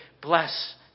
bless